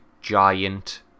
giant